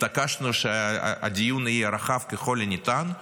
התעקשנו שהדיון יהיה רחב ככל הניתן.